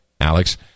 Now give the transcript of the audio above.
Alex